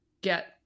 get